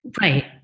right